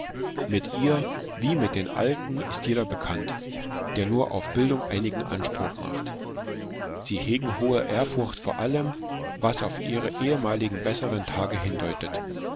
mit ihr wie mit den alten ist jeder bekannt der nur auf bildung einigen anspruch macht sie hegen hohe ehrfurcht vor allem was auf ihre ehemaligen besseren tage hindeutet